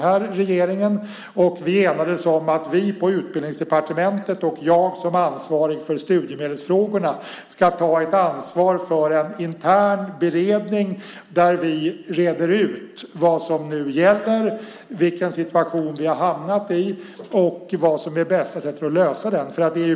Vi enades om att Utbildningsdepartementet, och jag som ansvarig för studiemedelsfrågorna, ska ta ansvar för en intern beredning där vi reder ut vad som gäller, den situation vi hamnat i och vad som är det bästa sättet att lösa problemet.